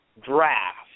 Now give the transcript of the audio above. draft